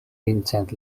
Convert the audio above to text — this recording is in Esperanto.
vincent